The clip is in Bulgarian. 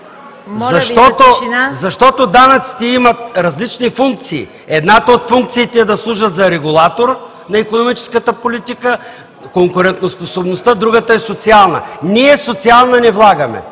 защото данъците имат различни функции. Едната от функциите е да служат за регулатор на икономическата политика, конкурентоспособността, другата е социална. Ние социална не влагаме.